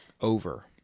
over